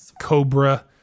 Cobra